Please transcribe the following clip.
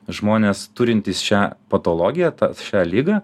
žmonės turintys šią patologiją tas šią ligą